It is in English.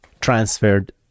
transferred